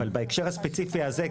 אבל בהקשר הספציפי הזה,